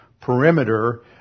perimeter